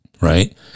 Right